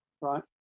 right